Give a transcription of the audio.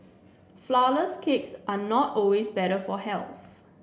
flourless cakes are not always better for health